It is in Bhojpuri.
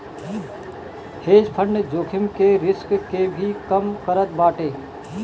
हेज फंड जोखिम के रिस्क के भी कम करत बाटे